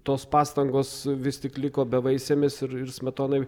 tos pastangos vis tik liko bevaisėmis ir ir smetonai